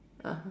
(uh huh)